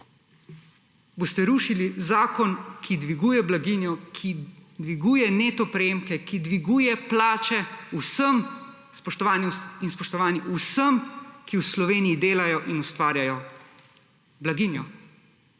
vladi, rušili zakon, ki dviguje blaginjo, ki dviguje neto prejemke, ki dviguje plače vsem, spoštovane in spoštovani, vsem, ki v Sloveniji delajo in ustvarjajo blaginjo.